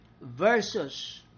versus